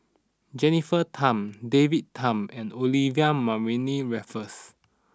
Jennifer Tham David Tham and Olivia Mariamne Raffles